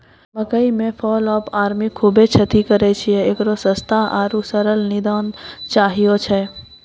मकई मे fall of army खूबे क्षति करेय छैय, इकरो सस्ता आरु सरल निदान चाहियो छैय?